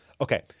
Okay